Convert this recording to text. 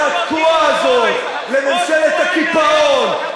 תודה רבה.